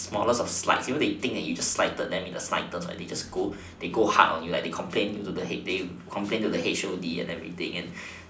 the smallest of slights even if they think you slighted them in the slightest they just go they just go hard on you and complain to the H_O_D and everything